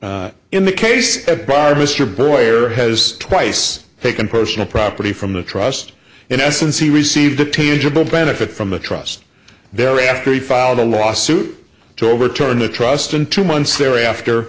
yes in the case of buyer mr boyer has twice taken personal property from the trust in essence he received a tangible benefit from the trust thereafter he filed a lawsuit to overturn the trust and two months thereafter